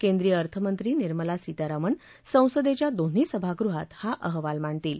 केंद्रीय अर्थमंत्री निर्मला सीतारामन संसदेच्या दोन्ही सभागृहात हा अहवाल मांडतील